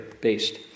based